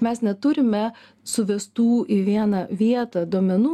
mes neturime suvestų į vieną vietą duomenų